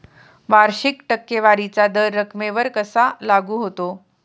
वार्षिक टक्केवारीचा दर रकमेवर कसा लागू होतो?